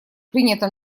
принято